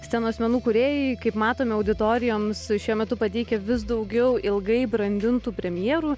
scenos menų kūrėjai kaip matome auditorijoms šiuo metu pateikia vis daugiau ilgai brandintų premjerų